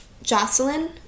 Jocelyn